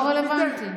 לא רלוונטי.